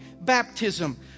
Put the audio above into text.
baptism